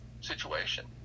situation